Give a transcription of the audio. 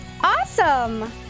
Awesome